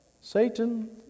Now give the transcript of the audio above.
Satan